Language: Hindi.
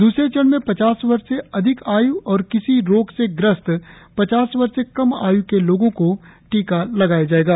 द्रसरे चरण में पचास वर्ष से अधिक आय् और किसी रोग से ग्रस्त पचास वर्ष से कम आय् के लोगों को टीका लगाया जाएगा